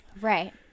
Right